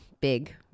big